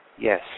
Yes